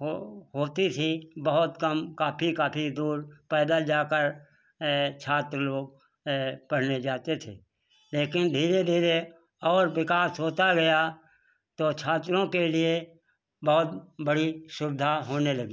हो होती थी बहुत कम काफ़ी काफ़ी दूर पैदल जाकर छात्र लोग पढ़ने जाते थे लेकिन धीरे धीरे और विकास होता गया तो छात्रों के लिए बहुत बड़ी सुविधा होने लगी